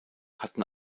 hatten